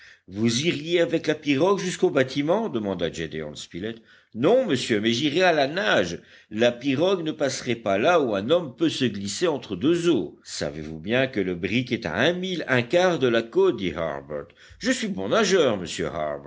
vous iriez avec la pirogue jusqu'au bâtiment demanda gédéon spilett non monsieur mais j'irai à la nage la pirogue ne passerait pas là où un homme peut se glisser entre deux eaux savez-vous bien que le brick est à un mille un quart de la côte dit harbert je suis bon nageur monsieur